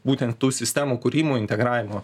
būtent tų sistemų kūrimo integravimo